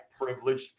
privileged